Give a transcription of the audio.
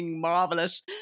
marvelous